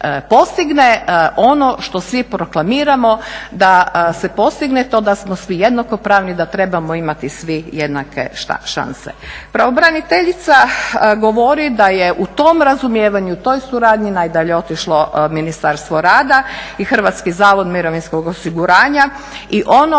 postigne ono što svi proklamiramo, da se postigne to da smo svi jednakopravni, da trebamo imati svi jednake šanse. Pravobraniteljica govori da je u tom razumijevanju, u toj suradnji najdalje otišlo Ministarstvo rada i Hrvatski zavod mirovinskog osiguranja i ono